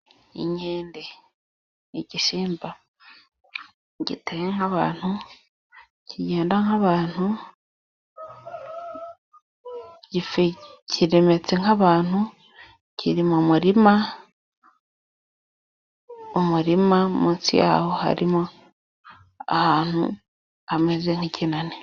Inkende ni igisimba giteye nk'abantu, kigenda nk'abantu ,kiremetse nk'abantu ,kiri mu murima, umurima munsi yaho harimo ahantu hameze nk'ikinani.